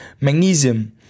Magnesium